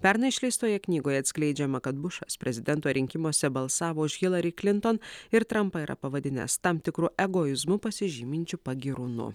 pernai išleistoje knygoje atskleidžiama kad bušas prezidento rinkimuose balsavo už hillary clinton ir trampą yra pavadinęs tam tikru egoizmu pasižyminčiu pagyrūnu